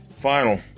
Final